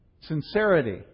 sincerity